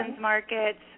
markets